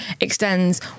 extends